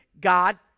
God